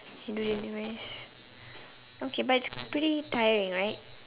to do the deliveries okay but it's pretty tiring right